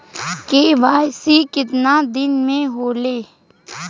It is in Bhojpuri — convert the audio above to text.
के.वाइ.सी कितना दिन में होले?